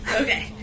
Okay